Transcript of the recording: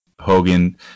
Hogan